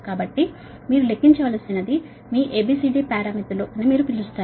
కాబట్టి మీరు లెక్కించవలసినది మీ A B C D parameters అని మీరు పిలుస్తారు